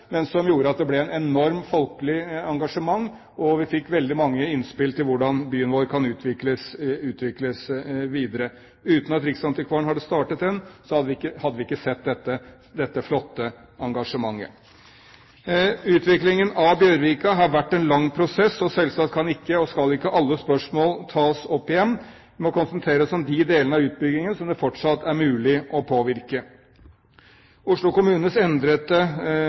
men som gjorde at det ble et enormt, folkelig engasjement. Vi fikk veldig mange innspill til hvordan byen vår kan utvikles videre. Uten at Riksantikvaren hadde startet den, hadde vi ikke sett dette flotte engasjementet. Utviklingen av Bjørvika har vært en lang prosess, og selvsagt kan ikke og skal ikke alle spørsmål tas opp igjen. Vi må konsentrere oss om de delene av utbyggingen som det fortsatt er mulig å påvirke. Oslo kommunes